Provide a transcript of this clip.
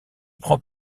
prend